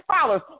followers